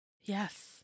Yes